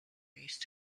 used